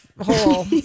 hole